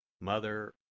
Mother